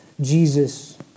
Jesus